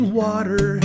water